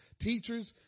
teachers